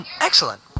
Excellent